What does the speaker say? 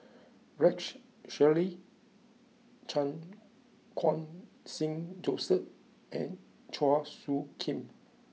Rex Shelley Chan Khun Sing Joseph and Chua Soo Khim